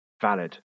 valid